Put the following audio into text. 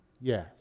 Yes